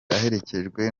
aherekejwe